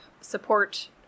support